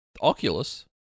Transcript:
Oculus